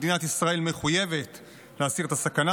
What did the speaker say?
מדינת ישראל מחויבת להסיר את הסכנה,